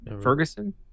ferguson